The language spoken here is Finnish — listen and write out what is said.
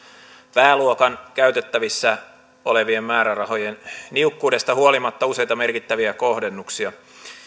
pääluokan käytettävissä olevien määrärahojen niukkuudesta huolimatta useita merkittäviä kohdennuksia